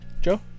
joe